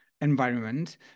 environment